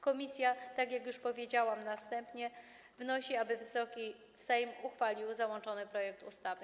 Komisja, tak jak już powiedziałam na wstępie, wnosi, aby Wysoki Sejm uchwalił załączony projekt ustawy.